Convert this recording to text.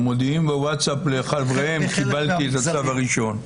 ומודיעים בווטסאפ לחבריהם: קיבלתי את הצו הראשון.